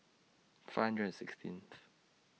five hundred and sixteenth